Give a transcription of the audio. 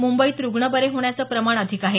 मुंबईत रुग्ण बरे होण्याचं प्रमाण अधिक आहे